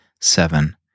seven